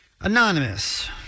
Anonymous